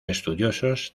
estudiosos